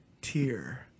tier